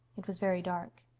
it was very dark.